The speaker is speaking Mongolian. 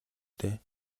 дээ